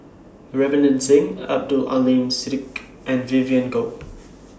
Ravinder Singh Abdul Aleem Siddique and Vivien Goh